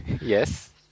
Yes